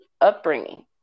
upbringing